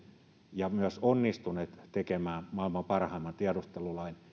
ja myös onnistuneet tekemään maailman parhaimman tiedustelulain